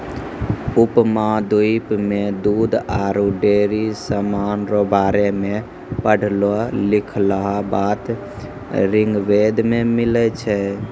उपमहाद्वीप मे दूध आरु डेयरी समान रो बारे मे पढ़लो लिखलहा बात ऋग्वेद मे मिलै छै